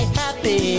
happy